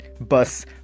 bus